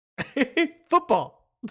football